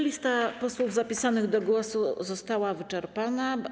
Lista posłów zapisanych od głosu została wyczerpana.